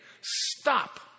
stop